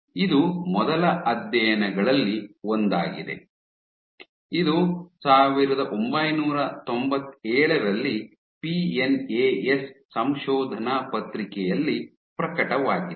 ಇದು ಮೊದಲ ಅಧ್ಯಯನಗಳಲ್ಲಿ ಒಂದಾಗಿದೆ ಇದು 1997 ರಲ್ಲಿ ಪಿಎನ್ಎಎಸ್ ಸಂಶೋಧನಾ ಪತ್ರಿಕೆಯಲ್ಲಿ ಪ್ರಕಟವಾಗಿದೆ